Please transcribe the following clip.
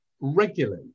Regulate